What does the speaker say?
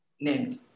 named